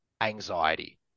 anxiety